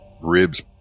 ribs